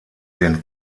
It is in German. den